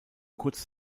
kurz